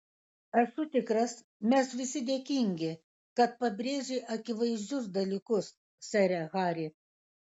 esu tikras mes visi dėkingi kad pabrėži akivaizdžius dalykus sere hari